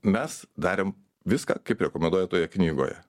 mes darėm viską kaip rekomenduoja toje knygoje